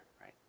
right